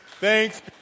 Thanks